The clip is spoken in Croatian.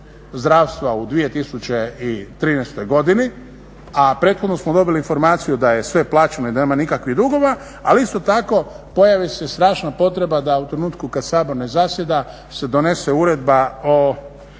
zdravstva u 2013. godini a prethodno smo dobili informaciju da je sve plaćeno i da nema nikakvih dugova. Ali isto tako pojavi se strašna potreba da u trenutku kada Sabor ne zasjeda se donese Uredba o